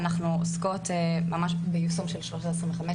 אנחנו עוסקות ביישום של 1325,